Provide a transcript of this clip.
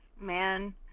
man